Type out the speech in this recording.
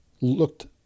looked